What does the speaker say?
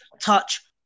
Touch